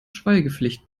schweigepflicht